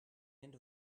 end